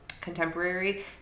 contemporary